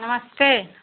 नमस्ते